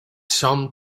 some